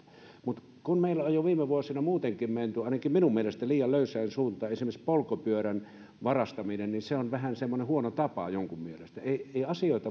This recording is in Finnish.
mutta meillä on viime vuosina muutenkin menty ainakin minun mielestäni liian löysään suuntaan esimerkiksi polkupyörän varastaminen on vähän semmoinen huono tapa jonkun mielestä ei ei asioista